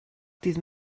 dydd